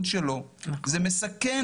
זה לא שביטלנו אותה,